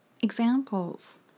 Examples